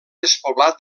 despoblat